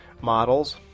models